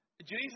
Jesus